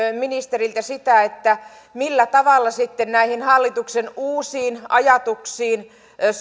ministeriltä sitä millä tavalla sitten näihin hallituksen uusiin ajatuksiin